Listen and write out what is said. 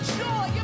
joy